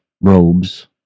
robes